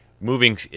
moving